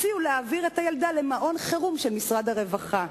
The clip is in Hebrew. הציעו להעביר את הילדה למעון חירום של משרד הרווחה,